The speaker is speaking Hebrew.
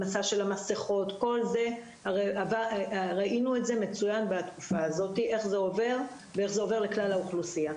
המסכות ראינו מצוין בתקופה הזו איך זה עובר ועובר לכלל האוכלוסייה.